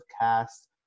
cast